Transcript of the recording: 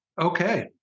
Okay